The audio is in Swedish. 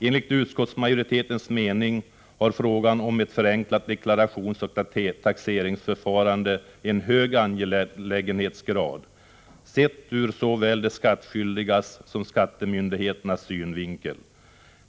Enligt utskottsmajoritetens mening har frågan om ett förenklat deklarationsoch taxeringsförfarande en hög angelägenhetsgrad, sett ur såväl de skattskyldigas som skattemyndigheternas synvinkel.